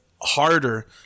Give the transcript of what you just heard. harder